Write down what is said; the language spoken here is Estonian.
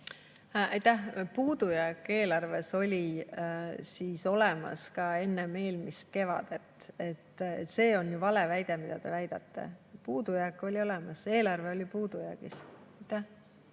Puudujääk eelarves oli olemas ka enne eelmist kevadet. See on vale väide, mida te väidate. Puudujääk oli olemas, eelarve oli puudujäägis.